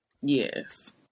Yes